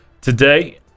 today